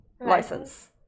license